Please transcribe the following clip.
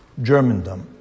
Germandom